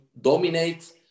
dominate